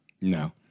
No